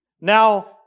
Now